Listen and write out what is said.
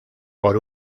por